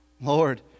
Lord